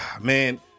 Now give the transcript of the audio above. man